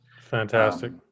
fantastic